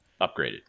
upgraded